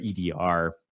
EDR